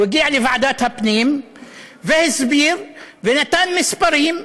הוא הגיע לוועדת הפנים והסביר, ונתן מספרים,